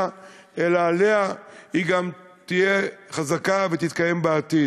אלא עליה היא גם תהיה חזקה ותתקיים בעתיד?